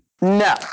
No